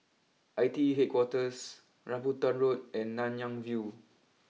I T E Headquarters Rambutan Road and Nanyang view